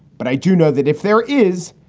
but i do know that if there is,